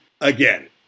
again